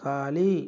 खाली